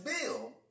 bill